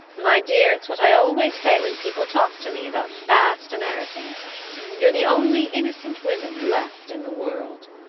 my dear, it's what i always say when people talk to me about fast americans you're the only innocent women left in the world.